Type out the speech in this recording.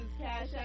cash